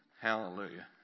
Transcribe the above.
Hallelujah